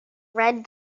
red